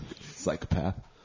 Psychopath